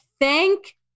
thank